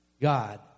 God